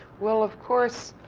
well, of course,